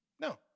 No